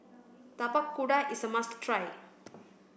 Tapak Kuda is a must try